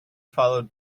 followed